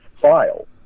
file